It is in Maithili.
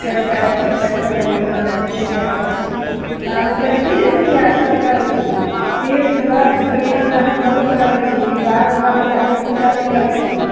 छैठ करै छी छैठमे खजुरी बनबै छी पीड़िकिया बनबै छी पाबनि तिहार जे होइए सभ करै छी तीर्थ बर्थ दुनिआँ जहाँ बहुत करै छी डिहबार बाबाके जाबे पूजा नहि करै छी